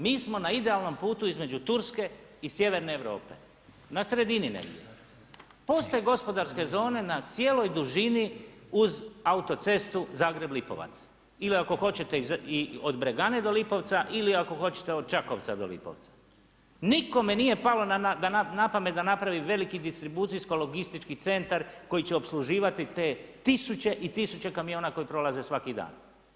Mi smo na idealnom putu između Turske i Sjeverne Europe, na sredini negdje, postoje gospodarske zone na cijeloj dužini uz autocestu Zagreb-Lipovac ili ako hoćete od Bregane do Lipovca ili ako hoćete od Čakovca do Lipovca, nikome nije palo na pamet da napravi veliki distribucijsko logistički centar koji će opsluživati te tisuće i tisuće kamiona koji prolaze svaki dan.